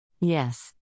Yes